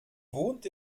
wohnt